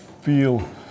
feel